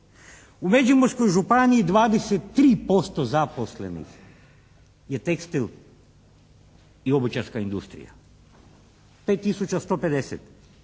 U Međimurskoj županiji 23% zaposlenih je tekstil i obućarska industrija, 5